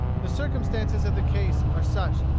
the circumstances of the case are such,